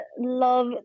love